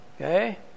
Okay